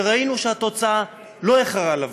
וראינו שהתוצאה לא איחרה לבוא.